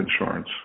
insurance